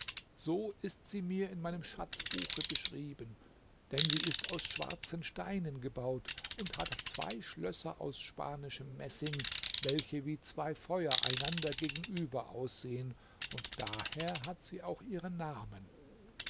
so ist sie mir in meinem schatzbuche beschrieben denn sie ist aus schwarzen steinen gebaut und hat zwei schlösser aus spanischem messing welche wie zwei feuer einander gegenüber aussehen und daher hat sie auch ihren namen